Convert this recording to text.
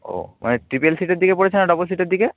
ও মানে ট্রিপল সিটের দিকে পড়েছে না ডবল সিটের দিকে